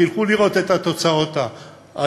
תלכו לראות את התוצאות האיומות,